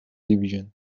division